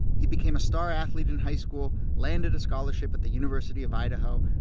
he became a star athlete in high school, landed a scholarship at the university of idaho,